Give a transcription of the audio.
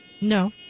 No